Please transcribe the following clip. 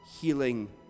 healing